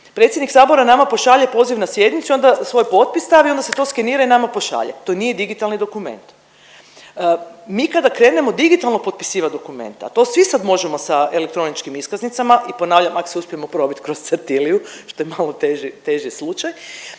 Predsjednik sabora nama pošalje poziv na sjednicu i onda svoj potpis stavi i onda se to skenira i nama pošalje. To nije digitalni dokument. Mi kada krenemo digitalno potpisivati dokumente, a to svi sad možemo sa elektroničkim iskaznicama i ponavljam ak se uspijemo probit kroz Certiliu što je malo teže, teži slučaj,